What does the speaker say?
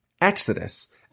Exodus